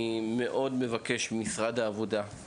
אנחנו